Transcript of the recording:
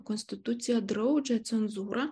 konstitucija draudžia cenzūrą